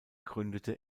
gründete